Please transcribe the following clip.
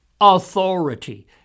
authority